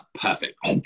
perfect